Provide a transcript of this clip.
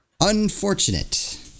Unfortunate